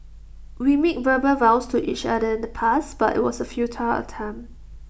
we made verbal vows to each other in the past but IT was A futile attempt